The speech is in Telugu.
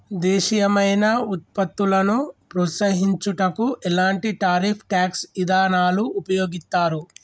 దేశీయమైన వృత్పత్తులను ప్రోత్సహించుటకు ఎలాంటి టారిఫ్ ట్యాక్స్ ఇదానాలు ఉపయోగిత్తారు